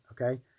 okay